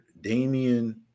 Damian